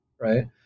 right